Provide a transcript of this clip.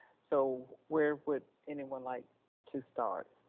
so where would anyone like to start?